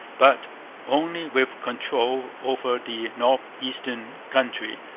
but only with control over the north-eastern country,